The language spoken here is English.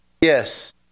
Yes